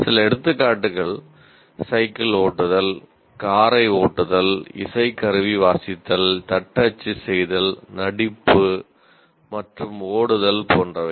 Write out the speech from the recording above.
சில எடுத்துக்காட்டுகள் சைக்கிள் ஓட்டுதல் காரை ஓட்டுதல் இசைக்கருவி வாசித்தல் தட்டச்சு செய்தல் நடிப்பு மற்றும் ஓடுதல் போன்றவை